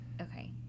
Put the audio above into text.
okay